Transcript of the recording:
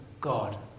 god